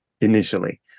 initially